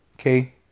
Okay